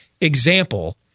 example